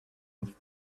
with